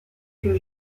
que